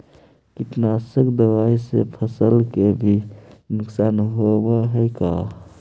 कीटनाशक दबाइ से फसल के भी नुकसान होब हई का?